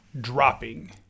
dropping